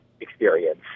experience